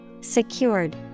Secured